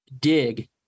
dig